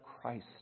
Christ